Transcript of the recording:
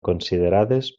considerades